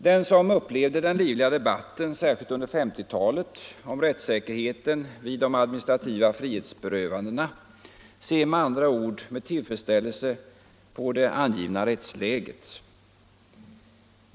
Den som upplevt den livliga debatten, särskilt under 1950-talet, om rättssäkerheten vid de administrativa frihetsberövandena ser med tillfredsställelse på det angivna rättsläget.